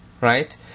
right